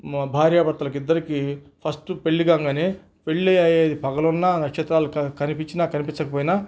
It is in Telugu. భార్య భర్తలకి ఇద్దరికీ ఫస్ట్ పెళ్ళి కాంగానే పెళ్ళి అయ్యే పగలున్నా నక్షత్రాలు కనిపిచ్చినా కనిపిచ్చకపోయినా